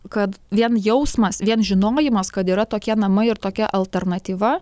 kad vien jausmas vien žinojimas kad yra tokie namai ir tokia alternatyva